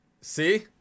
See